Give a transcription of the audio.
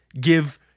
give